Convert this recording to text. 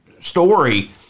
story